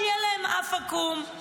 שיהיה להם אף עקום.